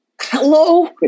Hello